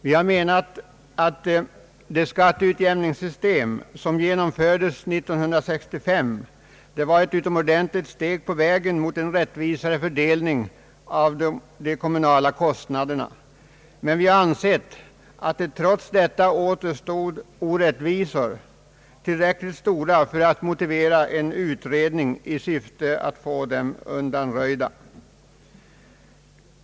Vi har menat att det skatteutjämningssystem som genomfördes 1965 var ett utomordentligt steg på vägen mot en rättvisare fördelning av de kommunala kostnaderna, men vi ansåg att det trots detta återstod tillräckligt stora orättvisor för att motivera en utredning i syfte att få dem undanröjda.